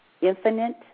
Infinite